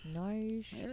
nice